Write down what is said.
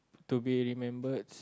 to be remembered